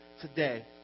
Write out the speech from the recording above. today